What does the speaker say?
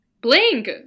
Blink